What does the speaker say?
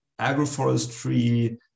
agroforestry